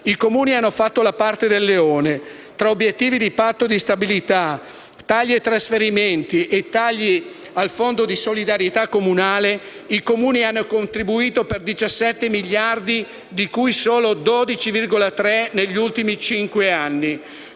i Comuni hanno fatto la parte del leone. Tra gli obiettivi del Patto di stabilità, i tagli ai trasferimenti e al fondo di solidarietà comunale, i Comuni hanno contribuito per 17 miliardi di euro, di cui solo 12,3 miliardi negli ultimi cinque anni.